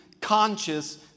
conscious